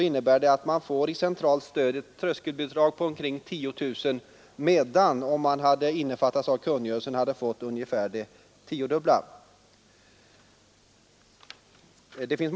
Den organisationen får i centralt stöd ett tröskelbidrag på omkring 10 000 kronor, medan den, ifall den hade innefattats av bidragskungörelsen, hade erhållit ungefär det tiodubbla beloppet.